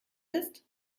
ist